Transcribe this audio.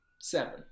seven